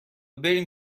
بریم